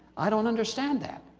i don't understand that.